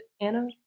Anna